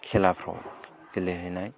खेलाफ्राव गेलेहैनाय